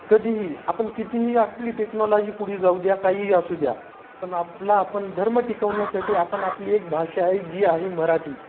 कधीही आपण कितीही आपली टेक्नॉलॉजी पुढे जाऊ द्या काही असू द्या पण आपला आपण धर्म टिकवण्यासाठी आपण आपली एक भाषा आहे जी आहे मराठी